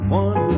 one